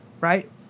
right